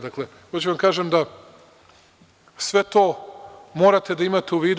Dakle, hoću da vam kažem da sve to morate da imate u vidu.